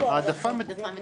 זו העדפה, זו לא אפליה.